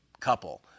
couple